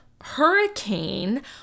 hurricane